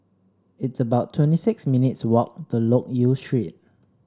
it's about twenty six minutes' walk to Loke Yew Street